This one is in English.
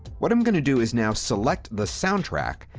what i'm going to do is now select the soundtrack,